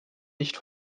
nicht